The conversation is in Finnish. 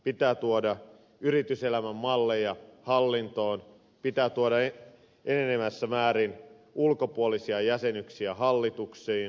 pitää tuoda yrityselämän malleja hallintoon pitää tuoda enenevässä määrin ulkopuolisia jäsenyyksiä hallituksiin